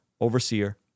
overseer